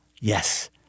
yes